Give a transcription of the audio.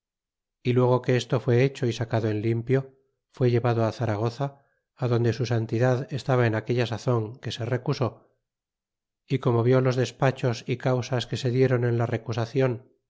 y luego que esto fué hecho y sacado en limpio fué llevado á zaragoza adonde su santidad estaba en aquella sazon que se recusó y como vió los despachos y causas que se dieron en la recusacion